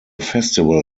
festival